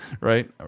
right